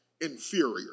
inferior